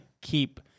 keep